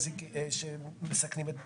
יהודית, תודה על הדברים.